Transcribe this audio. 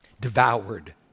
Devoured